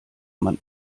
man